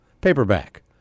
paperback